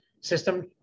system